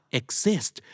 exist